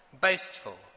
boastful